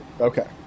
Okay